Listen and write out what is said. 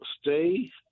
stay